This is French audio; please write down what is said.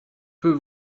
peu